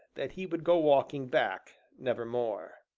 that he would go walking back nevermore.